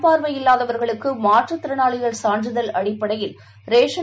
பார்வையில்லாதவர்களுக்குமாற்றுத் திறணாளிகள் சான்றிதழ் அடிப்படையில் ரேஷன்